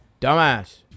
Dumbass